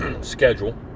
schedule